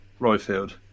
Royfield